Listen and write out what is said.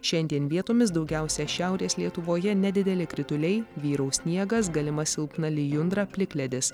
šiandien vietomis daugiausiai šiaurės lietuvoje nedideli krituliai vyraus sniegas galima silpna lijundra plikledis